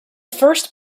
first